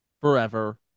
forever